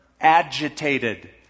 agitated